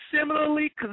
similarly